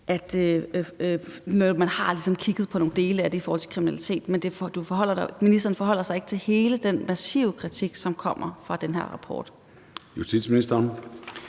netop har kigget på nogle dele af det i forhold til kriminalitet. Men ministeren forholder sig ikke til hele den massive kritik, som kommer i den her rapport. Kl.